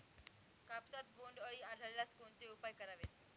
कापसात बोंडअळी आढळल्यास कोणते उपाय करावेत?